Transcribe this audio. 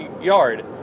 yard